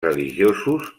religiosos